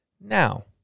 Now